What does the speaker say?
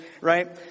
right